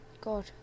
God